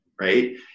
right